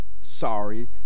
sorry